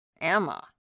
Emma